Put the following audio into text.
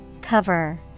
Cover